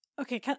Okay